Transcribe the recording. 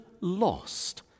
lost